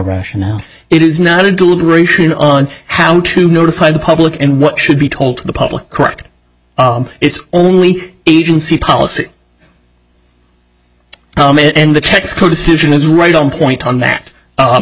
rationale it is not a deliberation on how to notify the public and what should be told to the public correct it's only agency policy and the tax code decision is right on point on that